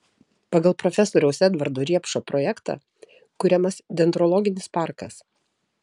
pagal profesoriaus edvardo riepšo projektą kuriamas dendrologinis parkas